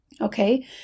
Okay